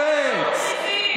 מה אתה קופץ?